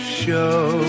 show